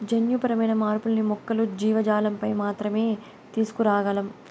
జన్యుపరమైన మార్పులను మొక్కలు, జీవజాలంపైన మాత్రమే తీసుకురాగలం